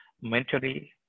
mentally